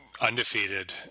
undefeated